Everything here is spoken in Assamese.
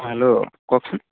হেল্ল' কওকচোন